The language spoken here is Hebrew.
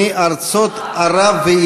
מארצות ערב.